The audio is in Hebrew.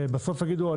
בסוף יגידו,